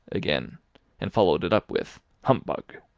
again and followed it up with humbug.